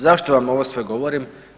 Zašto vam ovo sve govorim?